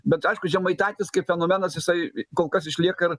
bet aišku žemaitaitis kaip fenomenas jisai kol kas išlieka ir